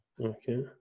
Okay